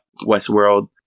Westworld